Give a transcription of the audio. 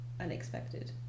unexpected